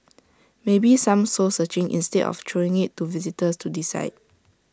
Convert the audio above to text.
maybe some soul searching instead of throwing IT to visitors to decide